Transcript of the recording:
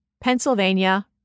Pennsylvania